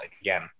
again